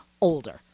older